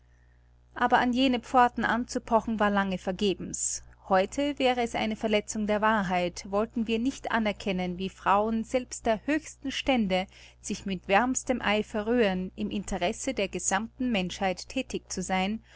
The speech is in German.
aber an jene pforten anzupochen war lange vergebens heute wäre es eine verletzung der wahrheit wollten wir nicht anerkennen wie frauen selbst der höchsten stände sich mit wärmstem eifer rühren im interesse der gesammten menschheit thätig zu sein